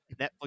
Netflix